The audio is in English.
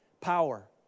power